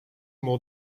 more